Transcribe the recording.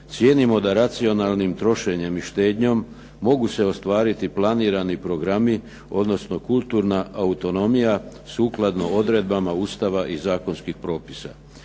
Cijenimo da racionalnim trošenjem i štednjom mogu se ostvariti planirani programi, odnosno kulturna autonomija sukladno odredbama Ustava i zakonskih propisa.